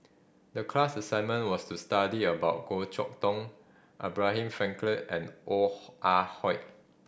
the class assignment was to study about Goh Chok Tong Abraham Frankel and Ong Ah Hoi